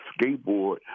skateboard